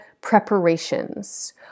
preparations